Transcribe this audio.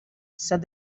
said